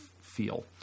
feel